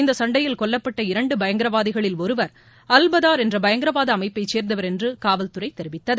இந்த சண்டையில் கொல்லப்பட்ட இரண்டு பயங்கரவாதிகளில் ஒருவா் அவ்பதா் என்ற பயங்கரவாத அமைப்பை சேர்ந்தவர் என்று காவல்துறை தெரிவித்தது